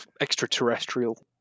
extraterrestrial